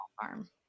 farm